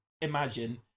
imagine